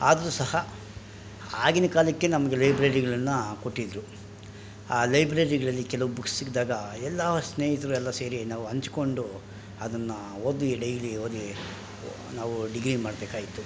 ಆದರೂ ಸಹ ಆಗಿನ ಕಾಲಕ್ಕೆ ನಮಗೆ ಲೈಬ್ರರಿಗಳನ್ನು ಕೊಟ್ಟಿದ್ದರು ಆ ಲೈಬ್ರರಿಗಳಲ್ಲಿ ಕೆಲವು ಬುಕ್ಸ್ ಸಿಕ್ಕಿದಾಗ ಎಲ್ಲ ಸ್ನೇಹಿತರೆಲ್ಲ ಸೇರಿ ನಾವು ಹಂಚಿಕೊಂಡು ಅದನ್ನು ಓದಿ ಡೈಲಿ ಓದಿ ನಾವು ಡಿಗ್ರಿ ಮಾಡಬೇಕಾಯ್ತು